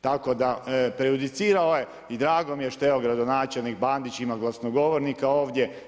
Tako da, prejudicira i drago mi je što evo gradonačelnik Bandić ima glasnogovornika ovdje.